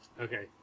Okay